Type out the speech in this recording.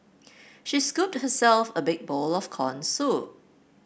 she scooped herself a big bowl of corn soup